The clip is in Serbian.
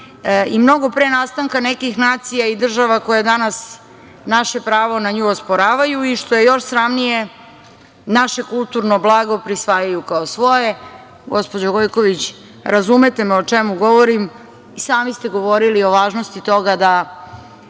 mnogo pre nastanka nekih nacija i država koje danas naše pravo na nju osporavaju i, što je još sramnije, naše kulturno blago prisvajaju kao svoje. Gospođo Gojković, razumete me o čemu govorim. I sami ste govorili o važnosti toga da